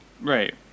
Right